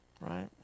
right